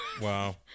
Wow